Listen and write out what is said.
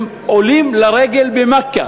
הם עולים לרגל למכה.